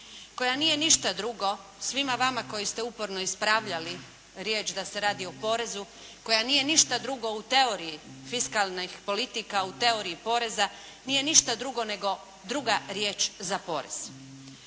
koja nije ništa drugo svima vama koji ste uporno ispravljali riječ da se radi o porezu, koja nije ništa drugo u teoriji fiskalnih politika, u teoriji poreza, nije ništa drugo nego druga riječ za porez.